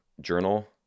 journal